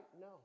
No